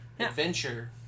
adventure